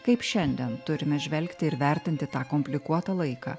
kaip šiandien turime žvelgti ir vertinti tą komplikuotą laiką